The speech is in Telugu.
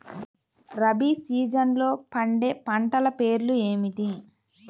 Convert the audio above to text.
రబీ సీజన్లో పండే పంటల పేర్లు ఏమిటి?